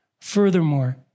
Furthermore